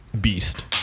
beast